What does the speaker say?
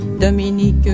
Dominique